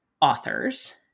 authors